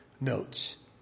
notes